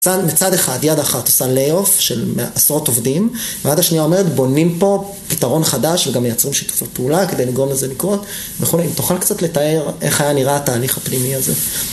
מצד אחד, יד אחת, עושה ליי-אוף של עשרות עובדים, והיד השנייה אומרת בונים פה פתרון חדש וגם מייצרים שיתופי פעולה כדי לגרום לזה לקרות, וכולי... אם תוכל קצת לתאר איך היה נראה התהליך הפנימי הזה?